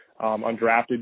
undrafted